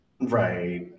Right